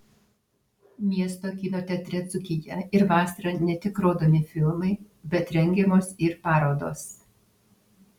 miesto kino teatre dzūkija ir vasarą ne tik rodomi filmai bet rengiamos ir parodos